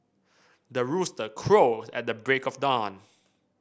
the rooster crows at the break of dawn